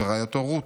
ורעייתו רות,